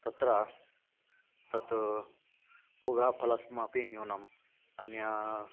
तत्र तत् पूगीफलमपि न्यूनम् अन्यत्